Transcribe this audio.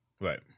Right